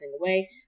away